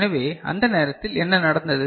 எனவே அந்த நேரத்தில் என்ன நடந்தது